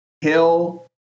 Hill